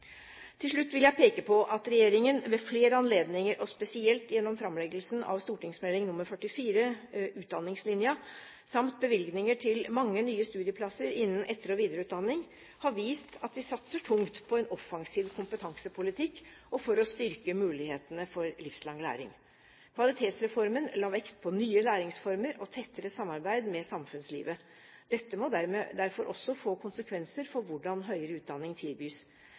Til slutt vil jeg peke på at regjeringen ved flere anledninger og spesielt gjennom framleggelsen av St.meld. nr. 44 for 2008–2009, Utdanningslinja, samt bevilgninger til mange nye studieplasser innen etter- og videreutdanning, har vist at vi satser tungt på en offensiv kompetansepolitikk og på å styrke mulighetene for livslang læring. Kvalitetsreformen la vekt på nye læringsformer og tettere samarbeid med samfunnslivet. Dette må derfor også få konsekvenser for hvordan høyere utdanning tilbys.